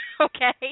okay